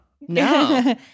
No